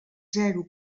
zero